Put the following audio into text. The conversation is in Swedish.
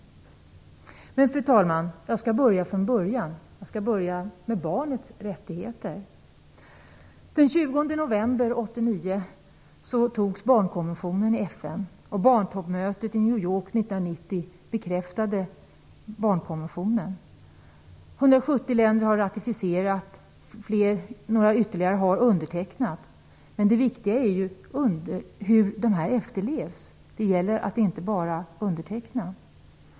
Fru talman! Jag skall börja från början - jag skall börja med barnets rättigheter. Den 20 november 1989 York 1990 bekräftade sedan konventionen. 170 länder har ratificerat den, och ytterligare några har undertecknat den. Men det viktiga är ju hur den efterlevs. Det gäller att inte bara underteckna.